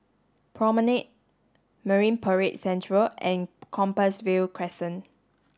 Promenade Marine Parade Central and Compassvale Crescent